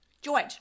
George